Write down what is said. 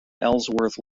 ellsworth